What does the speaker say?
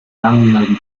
langjährigen